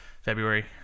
February